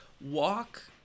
walk